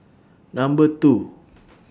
Number two